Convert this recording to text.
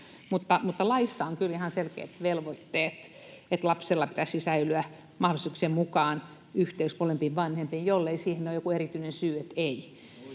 mutta laissa on kyllä ihan selkeät velvoitteet, että lapsella pitäisi säilyä mahdollisuuksien mukaan yhteys molempiin vanhempiin, jollei siihen ole joku erityinen syy, että ei.